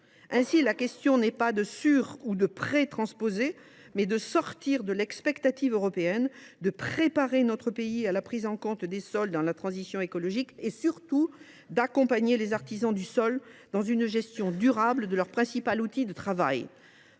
Ainsi la question n’est elle pas de surtransposer ou de prétransposer, elle est de sortir de l’expectative européenne, de préparer notre pays à la prise en compte des sols dans la transition écologique et surtout d’accompagner les artisans du sol dans une gestion durable de leur principal outil de travail.